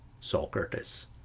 Socrates